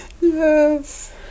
Yes